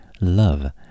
love